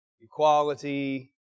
Equality